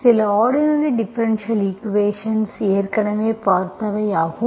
சில ordinary differential equations ஏற்கனவே பார்த்தவை ஆகும்